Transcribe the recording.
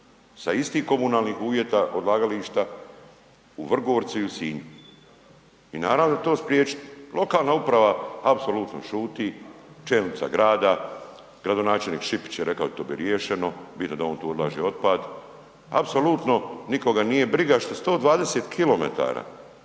sa istih komunalnih uvjeta odlagališta u Vrgorcu i u Sinju i naravno da je to spriječit. Lokalna uprava apsolutno šuti, čelnica grada, gradonačelnik Šipić je rekao da će to biti riješeno bitno da on tu odlaže otpad, apsolutno nikoga nije briga što 120 km